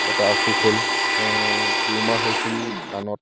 এটা অসুখ হ'ল তেওঁৰ টিউমাৰ হৈছিল কাণত